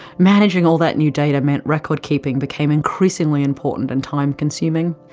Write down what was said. managing all that new data meant record keeping became increasingly important and time consuming.